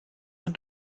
man